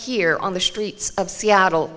here on the streets of seattle